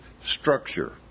structure